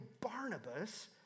Barnabas